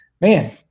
Man